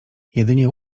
jedynie